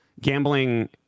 gambling